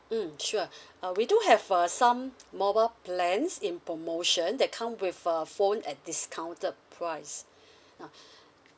mm sure uh we do have uh some mobile plans in promotion that come with a phone at discounted price ah